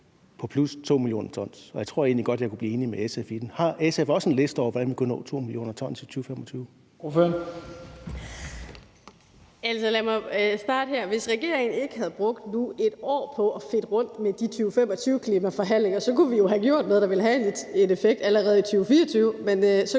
Hvis regeringen ikke havde brugt nu et år på at fedte rundt med de 2025-klimaforhandlinger, kunne vi jo have gjort noget, der ville have en effekt allerede i 2024,